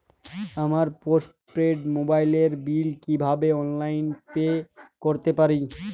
আমার post paid মোবাইলের bill কীভাবে অনলাইনে পে করতে পারি?